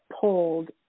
pulled